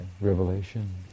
revelation